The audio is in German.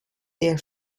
der